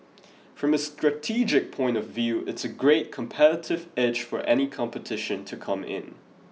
from a strategic point of view it's a great competitive edge for any competition to come in